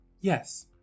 Yes